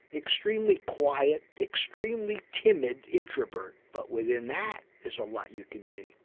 extremely quiet, extremely timid introvert but within that is a lot you can be.